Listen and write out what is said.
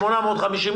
850 שקל,